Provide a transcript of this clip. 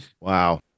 Wow